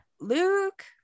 Luke